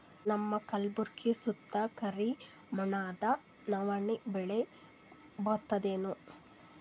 ನಮ್ಮ ಕಲ್ಬುರ್ಗಿ ಸುತ್ತ ಕರಿ ಮಣ್ಣದ ನವಣಿ ಬೇಳಿ ಬರ್ತದೇನು?